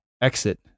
exit